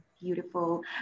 beautiful